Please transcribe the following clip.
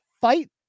fight